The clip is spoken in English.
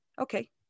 okay